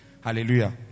Hallelujah